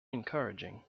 encouraging